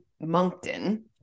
Moncton